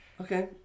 Okay